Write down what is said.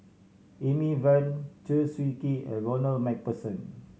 Amy Van Chew Swee Kee and Ronald Macpherson